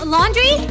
Laundry